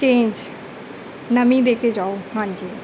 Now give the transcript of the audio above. change ਨਵੀਂ ਦੇ ਕੇ ਜਾਓ ਹਾਂਜੀ